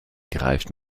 griff